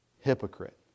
hypocrite